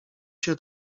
się